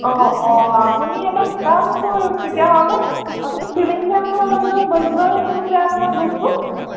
অঁ অঁ আপুনি এটা কাম কৰক তেতিয়াহ'লে আপুনি চিলিং ফেন এখন লৈ যাওক বাজাজৰ সেইটোও বেয়া নহয় বস্তু